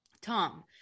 Tom